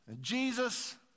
Jesus